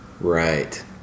Right